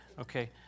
Okay